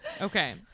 Okay